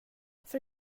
för